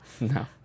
No